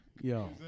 Yo